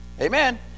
Amen